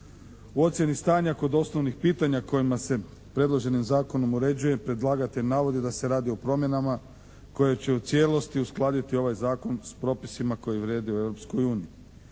U ocjeni stanja kod osnovnih pitanja kojima se predloženim Zakonom uređuje i predlagatelj navodi da se radi o promjenama koje će u cijelosti uskladiti ovaj Zakon s propisima koji vrijede u